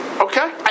Okay